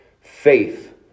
faith